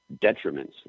detriments